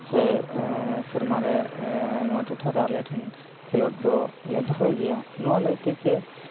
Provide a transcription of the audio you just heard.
ᱥᱮ ᱥᱮᱨᱢᱟ ᱨᱮ ᱱᱚᱣᱟ ᱴᱚᱴᱷᱟᱨᱮ ᱟᱞᱮ ᱴᱷᱮᱱ ᱠᱷᱮᱞᱳᱰ ᱫᱚᱞᱮ ᱫᱚᱦᱚᱭ ᱜᱮᱭᱟ ᱱᱚᱣᱟ ᱞᱟᱹᱭ ᱛᱮᱜᱮ